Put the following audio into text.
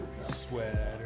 sweater